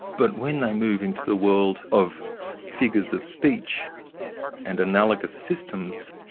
but when they move into the world of figures of speech and analogous systems,